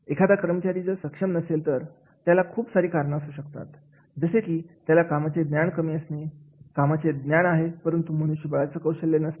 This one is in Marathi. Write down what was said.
एखादा कर्मचारी जर सक्षम नसेल तर त्याला खूप सारी कारणं असू शकतात जसे की त्याला कामाचे ज्ञान नसणे कामाचे ज्ञान आहे परंतु मनुष्यबळाची कौशल्यं नसणे